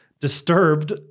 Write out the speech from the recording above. Disturbed